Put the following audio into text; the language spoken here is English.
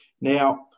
Now